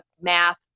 math